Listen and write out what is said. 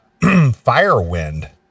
Firewind